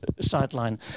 sideline